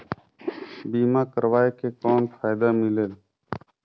बीमा करवाय के कौन फाइदा मिलेल?